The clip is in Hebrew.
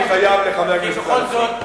אני חייב לחבר הכנסת,